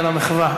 למען האמת,